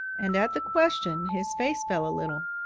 and at the question his face fell a little.